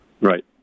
Right